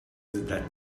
that